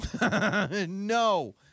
No